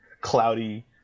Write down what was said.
cloudy